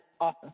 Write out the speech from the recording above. awesome